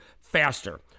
faster